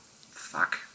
fuck